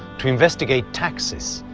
to investigate taxes,